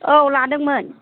औ लादोंमोन